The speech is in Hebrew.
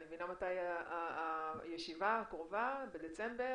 אני מבינה מתי הישיבה הקרובה, בדצמבר.